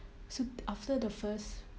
so after the first